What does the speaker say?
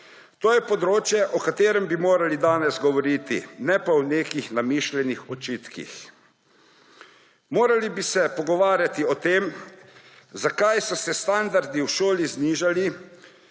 To je področje, o katerem bi morali danes govoriti, ne pa o nekih namišljenih očitkih. Morali bi se pogovarjati o tem, zakaj so se standardi v šoli znižali,